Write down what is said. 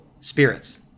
spirits